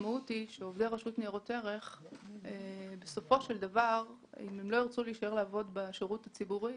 עובדי רשות ניירות ערך שלא ירצו להישאר לעבוד בשירות הציבורי